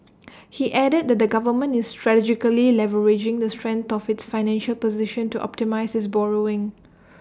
he added that the government is strategically leveraging the strength of its financial position to optimise its borrowing